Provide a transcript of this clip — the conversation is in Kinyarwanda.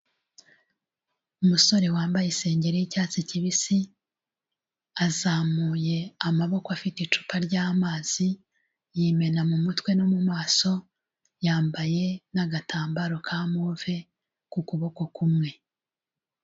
Umusore wambaye isengeri y'icyatsi kibisi, azamuye amaboko afite icupa ry'amazi, yimena mu mutwe no mumaso, yambaye n'agatambaro ka move ku kuboko kumwe.